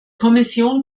kommission